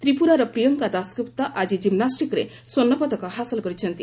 ତ୍ରିପୁରାର ପ୍ରିୟଙ୍କା ଦାସଗୁପ୍ତା ଆଜି ଜିମ୍ନାଷ୍ଟିକ୍ରେ ସ୍ୱର୍ଷ୍ଣ ପଦକ ହାସଲ କରିଛନ୍ତି